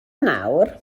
nawr